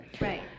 Right